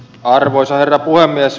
arvoisa herra puhemies